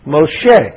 Moshe